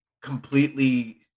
completely